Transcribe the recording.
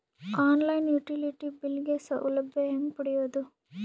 On line utility bill ಗ ಸೌಲಭ್ಯ ಹೇಂಗ ಪಡೆಯೋದು?